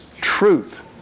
truth